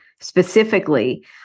specifically